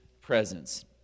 presence